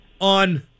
on